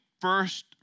first